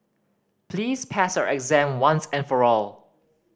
please pass exam once and for all